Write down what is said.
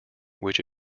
which